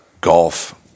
golf